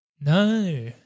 No